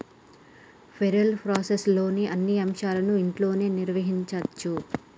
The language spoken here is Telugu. పేరోల్ ప్రాసెస్లోని అన్ని అంశాలను ఇంట్లోనే నిర్వహించచ్చు